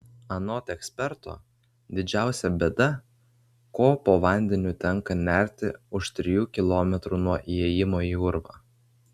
anot eksperto didžiausia bėda ko po vandeniu tenka nerti už trijų kilometrų nuo įėjimo į urvą